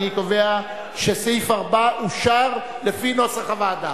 אני קובע שסעיף 4 אושר, לפי נוסח הוועדה.